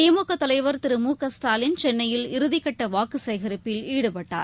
திமுகதலைவர் திருமுகஸ்டாலின் சென்னையில் இறுதிக்கட்டவாக்குசேகரிப்பில் ஈடுபட்டார்